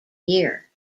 year